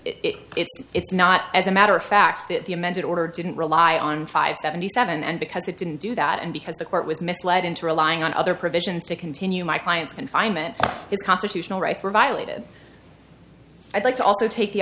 just it's not as a matter of fact that the amended order didn't rely on five seventy seven and because it didn't do that and because the court was misled into relying on other provisions to continue my client confinement it constitutional rights were violated i'd like to also take the